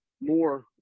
More